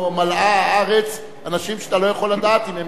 שמלאה הארץ אנשים שאתה לא יכול לדעת אם הם